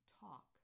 talk